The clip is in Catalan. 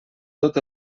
tot